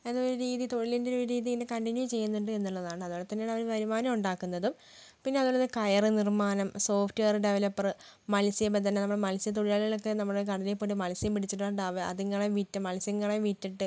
എന്നത് ഒരു രീതി തൊഴിലിൻ്റെ ഒരു രീതിന്ന് കണ്ടിന്യൂ ചെയ്യുന്നുണ്ട് എന്നുള്ളതാണ് അതുപോലെ തന്നെയാണ് അവർ വരുമാനം ഉണ്ടാക്കുന്നതും പിന്നെ അതുപോലെ തന്നെ കയർ നിർമ്മാണം സോഫ്റ്റ് വെയർ ഡെവലപ്പറ് മത്സ്യബന്ധനം നമ്മുടെ മത്സ്യതൊഴിലാളികളൊക്കെ നമ്മുടെ കടലിൽ പോയിട്ട് മത്സ്യം പിടിച്ചിട്ടാണ് ഉണ്ടാവുക അതിങ്ങളെ വിറ്റ് മത്സ്യങ്ങളെ വിറ്റിട്ട്